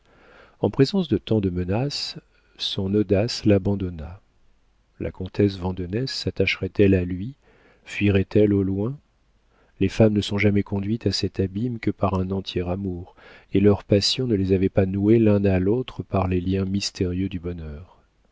en présence de tant de menaces son audace l'abandonna la comtesse de vandenesse sattacherait elle à lui fuirait elle au loin les femmes ne sont jamais conduites à cet abîme que par un entier amour et leur passion ne les avait pas noués l'un à l'autre par les liens mystérieux du bonheur